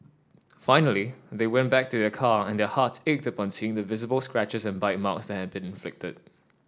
finally they went back to their car and their hearts ached upon seeing the visible scratches and bite marks that had been inflicted